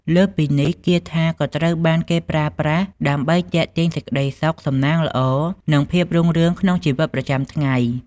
លើសពីនេះ គាថាក៏ត្រូវបានគេប្រើប្រាស់ដើម្បីទាក់ទាញសេចក្តីសុខ សំណាងល្អ និងភាពរុងរឿងក្នុងជីវិតប្រចាំថ្ងៃ។